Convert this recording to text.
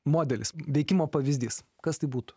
modelis veikimo pavyzdys kas tai būtų